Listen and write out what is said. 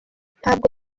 ntabwo